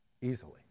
easily